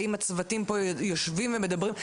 האם הצוותים פה יושבים ומדברים?